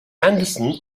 anderson